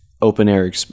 open-air